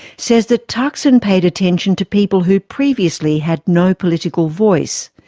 says that thaksin paid attention to people who previously had no political voice.